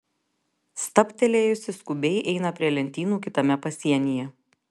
stabtelėjusi skubiai eina prie lentynų kitame pasienyje